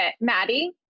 Maddie